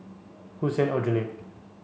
Hussein Aljunied